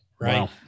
Right